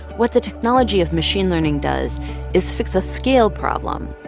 what the technology of machine learning does is fix a scale problem.